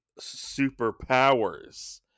superpowers